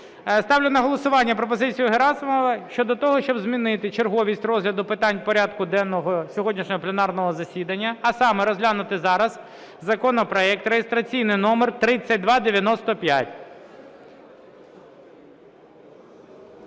Ставлю на голосування пропозицію Герасимова щодо того, щоб змінити черговість розгляду питань порядку денного сьогоднішнього пленарного засідання, а саме розглянути зараз законопроект реєстраційний номер 3295.